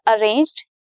arranged